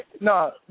No